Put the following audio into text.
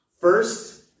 First